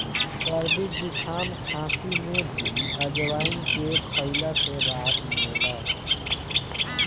सरदी जुकाम, खासी में भी अजवाईन के खइला से राहत मिलेला